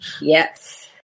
Yes